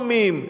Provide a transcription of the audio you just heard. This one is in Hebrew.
כולם דומים,